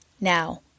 Now